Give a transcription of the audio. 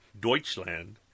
Deutschland